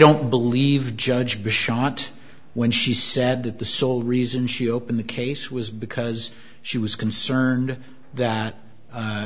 don't believe judge be shot when she said that the sole reason she opened the case was because she was concerned that